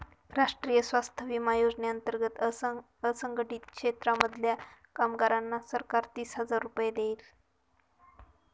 राष्ट्रीय स्वास्थ्य विमा योजने अंतर्गत असंघटित क्षेत्रांमधल्या कामगारांना सरकार तीस हजार रुपये देईल